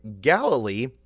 Galilee